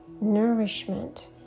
nourishment